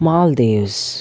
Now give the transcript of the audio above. Maldives